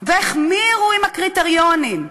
החמירו את הקריטריונים.